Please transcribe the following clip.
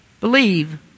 believe